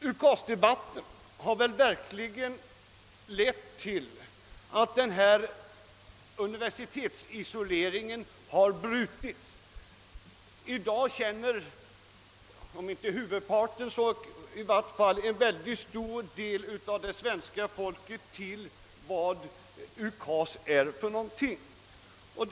UKAS-debatten har verkligen lett till att denna universitetens isolering har brutits. I dag känner om inte huvudparten så i vart fall en mycket stor del av det svenska folket till vad UKAS är för någonting.